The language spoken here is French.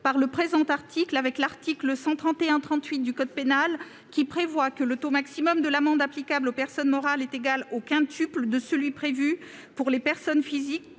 par le présent article avec l'article 131-38 du code pénal, qui prévoit que le taux maximum de l'amende applicable aux personnes morales est égal au quintuple de celui prévu pour les personnes physiques